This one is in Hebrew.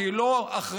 כי היא לא אחראית,